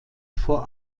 vor